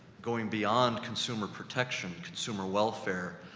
going beyond consumer protection, consumer welfare,